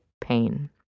pain